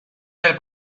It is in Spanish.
del